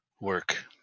work